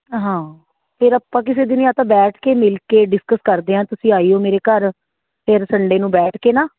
ਹਾਂ ਫਿਰ ਆਪਾਂ ਕਿਸੇ ਦਿਨ ਜਾਂ ਤਾਂ ਬੈਠ ਕੇ ਮਿਲ ਕੇ ਡਿਸਕਸ ਕਰਦੇ ਹਾਂ ਤੁਸੀਂ ਆਈਓ ਮੇਰੇ ਘਰ ਫਿਰ ਸੰਡੇ ਨੂੰ ਬੈਠ ਕੇ ਨਾ